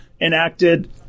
enacted